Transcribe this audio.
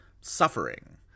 suffering